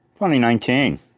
2019